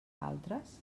altres